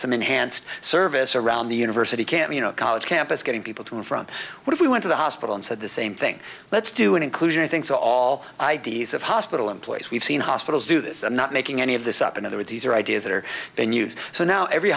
some enhanced service around the university can't you know college campus getting people to and from what if we went to the hospital and said the same thing let's do an inclusion of things all i d s of hospital employees we've seen hospitals do this i'm not making any of this up in other words these are ideas that are in use so now every